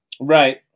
Right